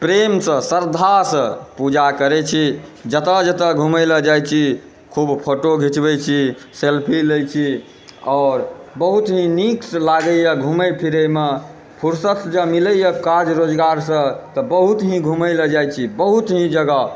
प्रेमसँ श्रद्धासँ पूजा करै छी जतए जतए घुमयलऽ जाइ छी खूब फोटो खिचबै छी सेल्फी लय छी आओर बहुत ही नीक लागैए घुमय फिरयमे फुरसत जँ मिलैए काज रोजगारसँ तऽ बहुत ही घुमयलऽ जाइ छी बहुत ही जगह